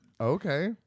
Okay